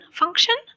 function،